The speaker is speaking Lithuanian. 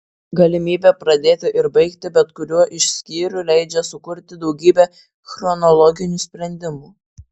galimybė pradėti ir baigti bet kuriuo iš skyrių leidžia sukurti daugybę chronologinių sprendimų